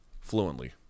fluently